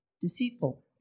deceitful